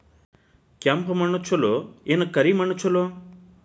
ಕೆಂಪ ಮಣ್ಣ ಛಲೋ ಏನ್ ಕರಿ ಮಣ್ಣ ಛಲೋ?